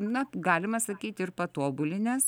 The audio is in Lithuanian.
na galima sakyti ir patobulinęs